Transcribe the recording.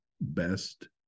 best